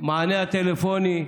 המענה הטלפוני,